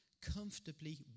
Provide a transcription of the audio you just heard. comfortably